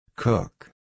Cook